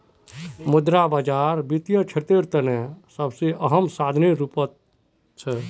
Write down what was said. मुद्रा बाजार वित्तीय क्षेत्रेर तने सबसे अहम साधनेर रूपत छिके